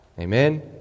Amen